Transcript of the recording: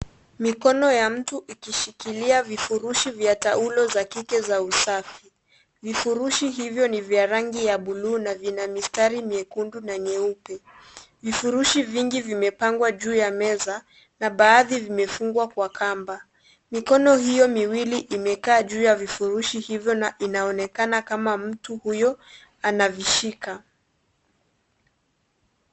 Mikono ya mtu ikishikilia vifurushi vya taulo za kike za usafi . Vifurushi hivyo ni vya rangi ya buluu na vina mistari miekundu na nyeupe . Vifurushi vingi vimepangwa juu ya meza na baadhi vimefungwa kwa kamba . Mikono hiyo miwili imekaa ju ya vifurushi hivyo na inaonekana kama mtu huyo anavishika.